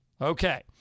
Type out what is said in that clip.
Okay